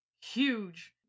huge